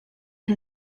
and